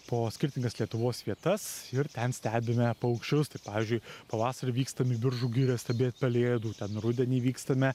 po skirtingas lietuvos vietas ir ten stebime paukščius tai pavyzdžiui pavasarį vykstam į biržų girią stebėt pelėdų ten rudenį vykstame